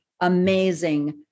amazing